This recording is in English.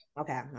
okay